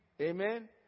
Amen